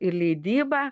ir leidyba